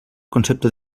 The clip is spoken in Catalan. concepte